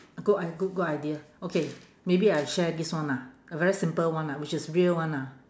good i~ good good idea okay maybe I share this one ah a very simple one ah which is real one ah